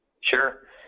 Sure